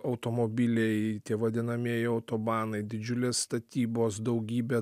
automobiliai tie vadinamieji autobanai didžiulės statybos daugybė